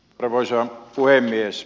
arvoisa puhemies